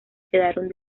quedaron